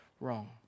wrong